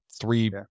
three